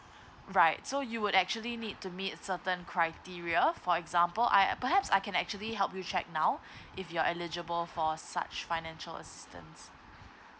right so you would actually need to meet certain criteria for example I perhaps I can actually help you check now if you're eligible for such financial assistance